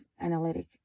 analytic